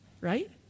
Right